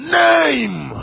name